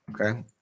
Okay